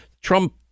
Trump